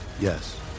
Yes